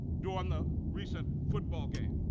during the recent football game